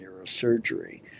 neurosurgery